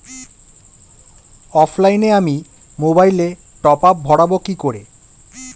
অফলাইনে আমি মোবাইলে টপআপ ভরাবো কি করে?